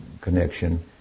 connection